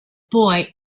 boy